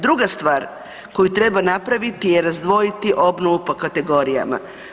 Druga stvar koju treba napraviti je razdvojiti obnovu po kategorijama.